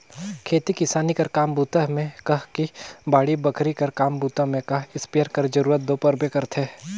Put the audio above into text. खेती किसानी कर काम बूता मे कह कि बाड़ी बखरी कर काम बूता मे कह इस्पेयर कर जरूरत दो परबे करथे